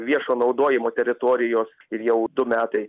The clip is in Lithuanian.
ir viešo naudojimo teritorijos ir jau du metai